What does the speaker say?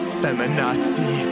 feminazi